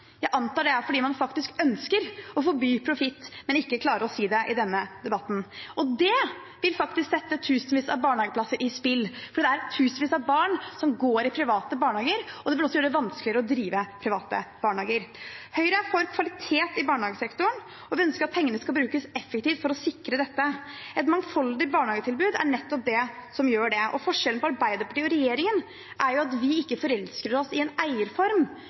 Jeg antar det er fordi man faktisk ønsker å forby profitt, men ikke klarer å si det i denne debatten. Det vil sette tusenvis av barnehageplasser i spill – det er tusenvis av barn som går i private barnehager, og det vil gjøre det vanskeligere å drive private barnehager. Høyre er for kvalitet i barnehagesektoren, og vi ønsker at pengene skal brukes effektivt for å sikre dette. Et mangfoldig barnehagetilbud er nettopp det som gjør det. Forskjellen mellom Arbeiderpartiet og regjeringen er at vi ikke forelsker oss i en eierform.